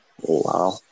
wow